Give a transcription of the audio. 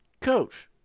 Coach